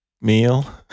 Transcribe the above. meal